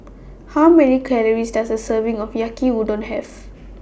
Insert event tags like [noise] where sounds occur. How Many Calories Does A Serving of Yaki Udon Have [noise]